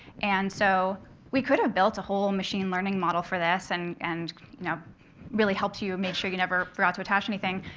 and so we could have built a whole machine learning model for this and and you know really helped you you make sure you never forgot to attach anything.